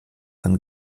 von